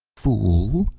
fool!